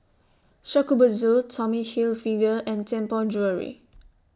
Shokubutsu Tommy Hilfiger and Tianpo Jewellery